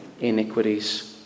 iniquities